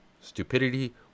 stupidity